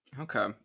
okay